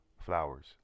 flowers